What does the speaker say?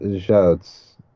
shouts